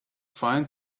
find